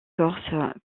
corse